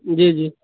जी जी